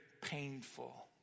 painful